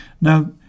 Now